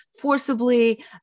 forcibly